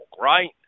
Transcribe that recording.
right